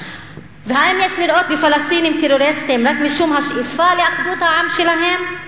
האם יש לראות בפלסטינים טרוריסטים רק משום השאיפה לאחדות העם שלהם?